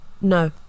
no